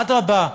אדרבה,